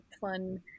fun